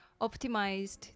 optimized